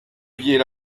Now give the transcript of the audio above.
billet